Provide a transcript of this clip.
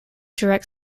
direct